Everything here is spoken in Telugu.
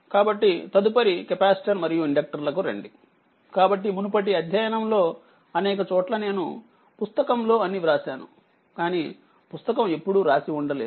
కాబట్టితదుపరికెపాసిటర్ మరియు ఇండక్టర్లకు రండికాబట్టిమునుపటి అధ్యయనం లోఅనేక చోట్లనేను 'పుస్తకం లో అని వ్రాసాను కానీ'పుస్తకం' ఎప్పుడూరాసి ఉండలేదు